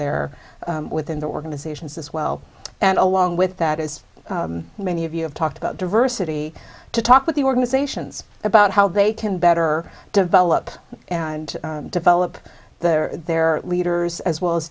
their within their organizations as well and along with that as many of you have talked about diversity to talk with the organizations about how they can better develop and develop their leaders as well as